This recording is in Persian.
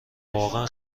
واقعا